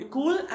Cool